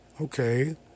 okay